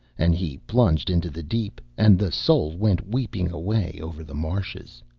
and he plunged into the deep, and the soul went weeping away over the marshes.